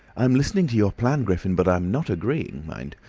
i'm listening to your plan, griffin, but i'm not agreeing, mind.